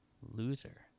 Loser